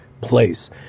place